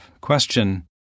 Question